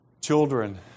children